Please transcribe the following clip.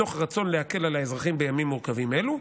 מתוך רצון להקל על האזרחים בימים מורכבים אלו,